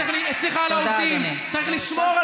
אי-אפשר לייצר רפורמה